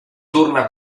torna